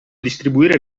distribuire